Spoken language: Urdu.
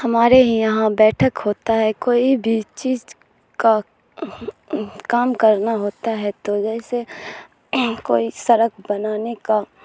ہمارے ہی یہاں بیٹھک ہوتا ہے کوئی بھی چیز کا کام کرنا ہوتا ہے تو جیسے کوئی سڑک بنانے کا